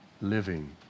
living